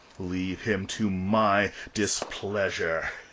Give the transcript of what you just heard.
leave him to my displeasure.